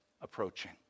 approaching